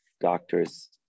doctors